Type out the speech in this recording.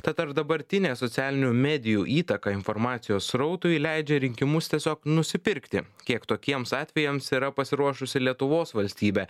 tad ar dabartinė socialinių medijų įtaka informacijos srautui leidžia rinkimus tiesiog nusipirkti kiek tokiems atvejams yra pasiruošusi lietuvos valstybė